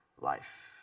life